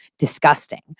disgusting